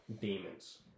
demons